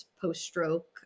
post-stroke